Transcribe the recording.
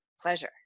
pleasure